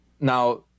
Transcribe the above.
Now